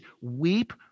weep